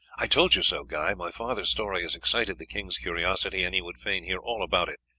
i told you so, guy my father's story has excited the king's curiosity, and he would fain hear all about it.